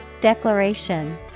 Declaration